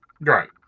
Right